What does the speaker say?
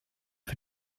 für